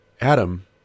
Adam